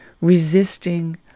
resisting